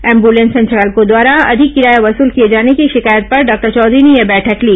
ambulance संचालकों द्वारा अधिक किराया वसल किए जाने की शिकायत पर डॉक्टर चौधरी ने यह बैठक ली